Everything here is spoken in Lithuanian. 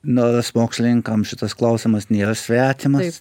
nors mokslininkams šitas klausimas nėra svetimas